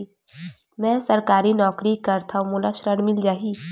मै सरकारी नौकरी करथव मोला ऋण मिल जाही?